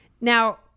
Now